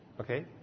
Okay